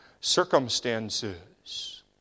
circumstances